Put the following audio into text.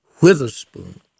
Witherspoon